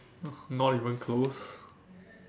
not even close